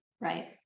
Right